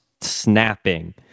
snapping